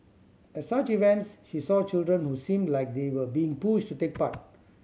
at such events she saw children who seemed like they were being pushed to take part